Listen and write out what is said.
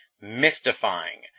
mystifying